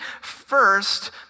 first